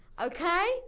Okay